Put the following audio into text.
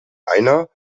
einer